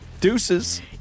Deuces